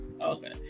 okay